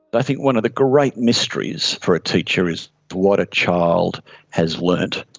but i think one of the great mysteries for a teacher is what a child has learnt.